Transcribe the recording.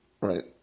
right